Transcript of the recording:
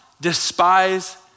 despise